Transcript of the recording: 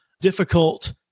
difficult